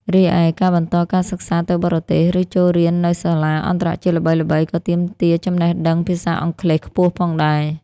រីឯ ការបន្តការសិក្សាទៅបរទេស ឬចូលរៀននៅសាលាអន្តរជាតិល្បីៗ ក៏ទាមទារចំណេះដឹងភាសាអង់គ្លេសខ្ពស់ផងដែរ។